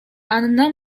anna